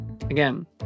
again